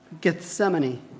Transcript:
Gethsemane